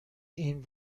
این